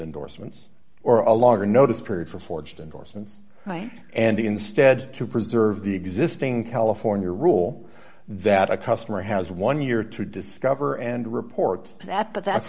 endorsements or a longer notice period for forged indorsements right and instead to preserve the existing california rule that a customer has one year to discover and report that but that's